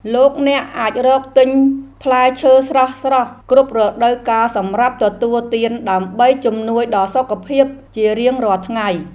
លោកអ្នកអាចរកទិញផ្លែឈើស្រស់ៗគ្រប់រដូវកាលសម្រាប់ទទួលទានដើម្បីជំនួយដល់សុខភាពជារៀងរាល់ថ្ងៃ។